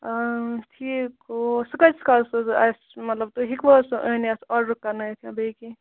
ٹھیٖک گوو سُہ کۭتِس کالَس منٛز حظ آسہِ مَطلَب تُہۍ ہیکوا حظ سُہ أنِتھ آڈَر کَرنٲیِتھ یا بییہِ کینٛہہ